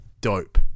dope